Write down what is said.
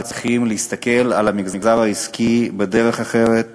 צריכים להסתכל על המגזר העסקי בדרך אחרת: